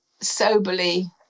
soberly